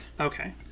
Okay